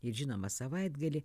ir žinoma savaitgalį